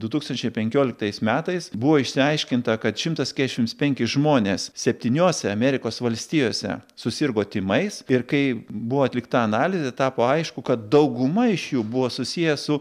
du tūkstančiai penkioliktais metais buvo išsiaiškinta kad šimtas kešiams penki žmonės septyniose amerikos valstijose susirgo tymais ir kai buvo atlikta analizė tapo aišku kad dauguma iš jų buvo susiję su